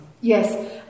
Yes